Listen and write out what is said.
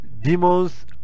demons